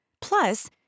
Plus